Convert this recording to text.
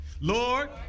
Lord